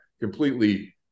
completely